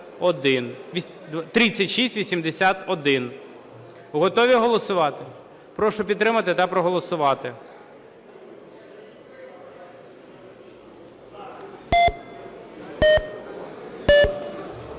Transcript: Готові голосувати? Прошу підтримати та проголосувати.